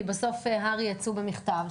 כי בסוף הר"י יצאו במכתב,